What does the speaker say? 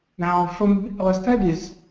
now, from our studies,